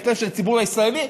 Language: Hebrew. באינטרסים של הציבור הישראלי,